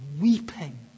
weeping